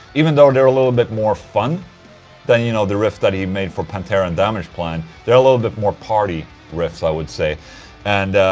even though they're a little bit or fun then, you know, the riff that he made for pantera and damageplan they're a little bit more party riffs, i would say and.